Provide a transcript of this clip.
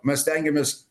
mes stengiamės